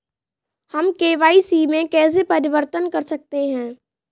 हम के.वाई.सी में कैसे परिवर्तन कर सकते हैं?